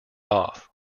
off